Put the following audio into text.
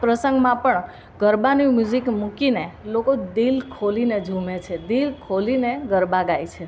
પ્રસંગમાં પણ ગરબાનું મ્યુઝિક મૂકીને લોકો દિલ ખોલીને ઝુમે છે દિલ ખોલીને ગરબા ગાય છે